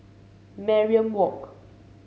Mariam Walk